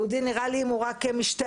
יהודי אם הוא רק משתעל,